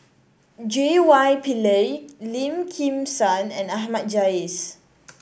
J Y Pillay Lim Kim San and Ahmad Jais